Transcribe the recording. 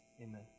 amen